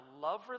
love